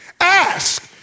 ask